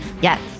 Yes